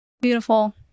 Beautiful